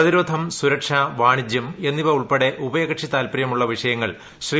പ്രതിരോധം സുരക്ഷ വാണിജ്യം എന്നിവ ഉൾപ്പെടെ ഉഭയകക്ഷി താല്പര്യമുള്ള വിഷയങ്ങൾ ശ്രീ